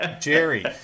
Jerry